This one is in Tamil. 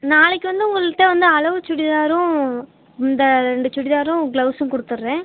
நாளைக்கு வந்து உங்கள்கிட்ட வந்து அளவு சுடிதாரும் இந்த ரெண்டு சுடிதாரும் ப்ளவுஸும் கொடுத்துட்றேன்